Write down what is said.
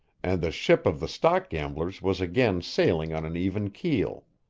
and the ship of the stock gamblers was again sailing on an even keel.